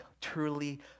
truly